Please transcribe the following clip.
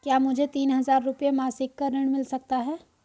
क्या मुझे तीन हज़ार रूपये मासिक का ऋण मिल सकता है?